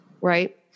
right